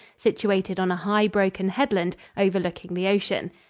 situated on a high, broken headland overlooking the ocean.